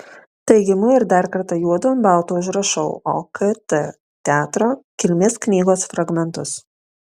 taigi imu ir dar kartą juodu ant balto užrašau okt teatro kilmės knygos fragmentus